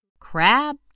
CRAB